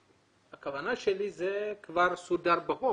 הכוונה שלי שזה כבר סודר בחוק,